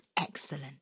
Excellent